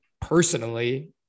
personally